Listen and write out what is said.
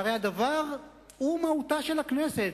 והרי הדבר הוא מהותה של הכנסת,